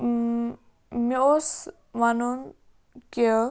مےٚ اوس وَنُن کہِ